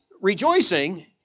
rejoicing